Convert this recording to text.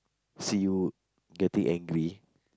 see you getting angry